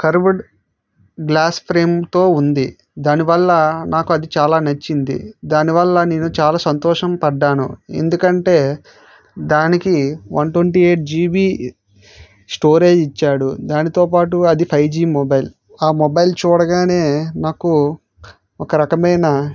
curved glass ఫ్రేమ్తో ఉంది దానివల్ల నాకు అది చాలా నచ్చింది దానివల్ల నేను చాలా సంతోషం పడ్డాను ఎందుకంటే దానికి one twenty eight GB storage ఇచ్చాడు దానితోపాటు అది ఫైవ్ జి మొబైల్ ఆ మొబైల్ చూడగానే నాకు ఒక రకమైన